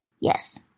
Yes